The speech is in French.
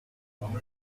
vous